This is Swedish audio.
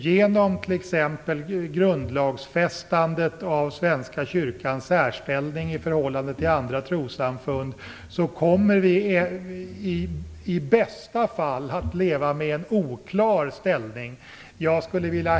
Genom grundlagsfästandet av Svenska kyrkans särställning i förhållande till andra trossamfund kommer vi i bästa fall att leva med en oklar ställning.